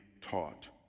taught